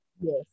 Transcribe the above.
yes